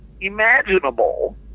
imaginable